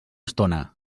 estona